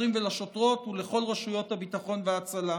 לשוטרים ולשוטרות ולכל רשויות הביטחון וההצלה.